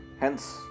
Hence